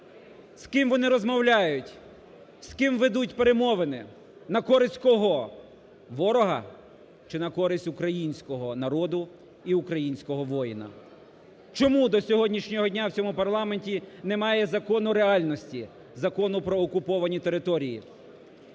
З ким вони розмовляють? З ким ведуть перемовини? На користь кого? Ворога чи на користь українського народу і українського воїна? Чому до сьогоднішнього дня в цьому парламенті немає закону реальності – Закону про окуповані території?